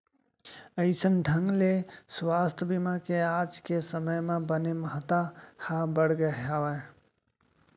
अइसन ढंग ले सुवास्थ बीमा के आज के समे म बने महत्ता ह बढ़गे हावय